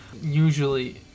usually